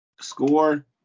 Score